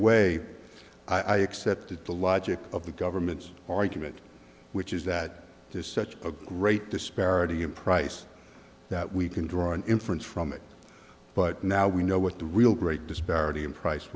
way i accepted the logic of the government's argument which is that there's such a great disparity in price that we can draw an inference from it but now we know what the real great disparity in price